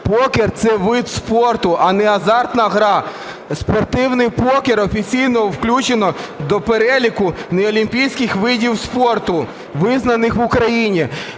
покер – це вид спорту, а не азартна гра. Спортивний покер офіційно включено до переліку неолімпійських видів спорту, визнаних в Україні.